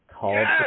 called